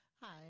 Hi